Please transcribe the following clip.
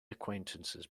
acquaintances